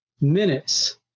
minutes